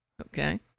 Okay